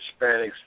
Hispanics